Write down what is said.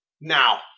Now